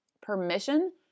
permission